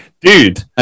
Dude